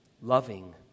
loving